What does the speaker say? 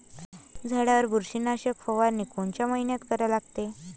झाडावर बुरशीनाशक फवारनी कोनच्या मइन्यात करा लागते?